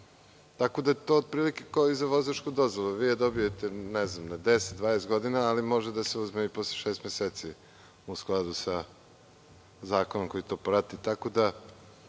tako da je to otprilike kao i za vozačku dozvolu. Vi je dobijete na 10, 20 godina, ali može da se uzme i posle šest meseci u skladu sa zakonom koji to prati,